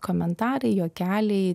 komentarai juokeliai